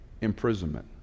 imprisonment